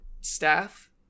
staff